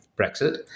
Brexit